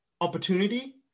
opportunity